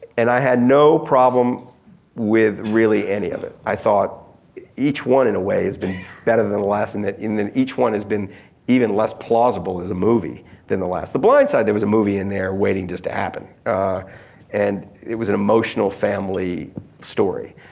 and i had no problem with really any of it. i thought each one in a way has been better than the last in that each one has been even less plausible as movie than the last. the blind side there was a movie in there waiting just to happen and it was an emotional family story.